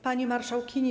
Pani Marszałkini!